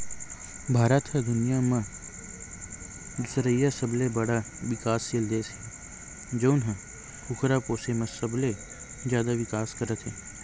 भारत ह दुनिया म दुसरइया सबले बड़का बिकाससील देस हे जउन ह कुकरा पोसे म सबले जादा बिकास करत हे